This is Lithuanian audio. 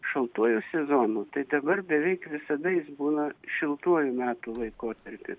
šaltuoju sezonu tai dabar beveik visada jis būna šiltuoju metų laikotarpiu